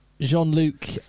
Jean-Luc